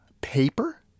Paper